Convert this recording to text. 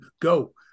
Go